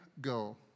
go